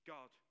God